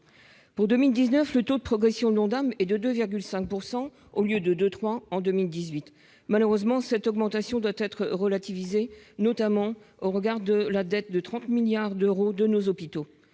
Pour 2019, le taux de progression de l'ONDAM est de 2,5 %, au lieu de 2,3 % en 2018. Malheureusement, cette augmentation doit être relativisée, notamment au regard de la dette de 30 milliards d'euros de nos hôpitaux.